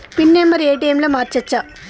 Pin number ATM లో మార్చచ్చా?